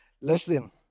Listen